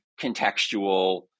contextual